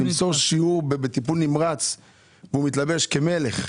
למסור שיעור בטיפול נמרץ והוא מתלבש כמלך.